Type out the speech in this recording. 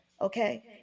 okay